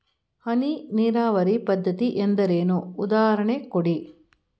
ಹನಿ ನೀರಾವರಿ ಪದ್ಧತಿ ಎಂದರೇನು, ಉದಾಹರಣೆ ಕೊಡಿ?